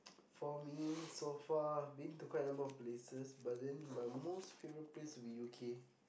for me so far I've been to quite a lot of places but then my most favourite place would be you K